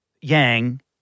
Yang